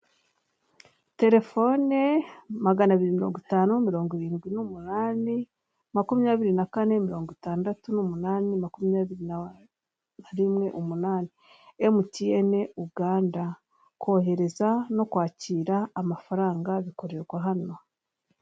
Telefone magana abiri mirongo itanu mirongo irindwi n'umunani, makumyabiri na kane , mirongo itandatu n'umunani, makumyabiri na rimwe, umunani . Emutiyene uganda. Kohereza no kwakira amafaranga bikorerwa hano.